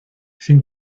sin